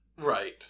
Right